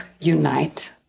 unite